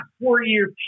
four-year